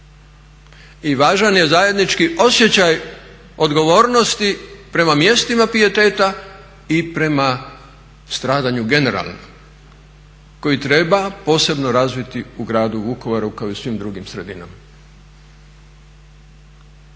i važan je zajednički osjećaj odgovornosti prema mjestima pijeteta i prema stradanju generalno koji treba posebno razviti u Gradu Vukovaru kao i svim drugim sredinama.